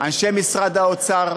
אנשי משרד האוצר,